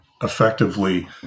Effectively